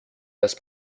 das